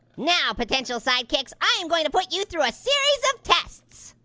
now, potential sidekicks, i am gonna put you through a series of tests,